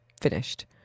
finished